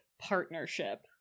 partnership